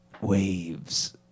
waves